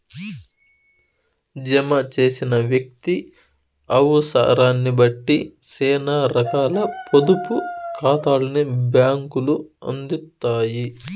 జమ చేసిన వ్యక్తి అవుసరాన్నిబట్టి సేనా రకాల పొదుపు కాతాల్ని బ్యాంకులు అందిత్తాయి